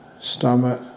stomach